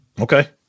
Okay